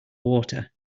water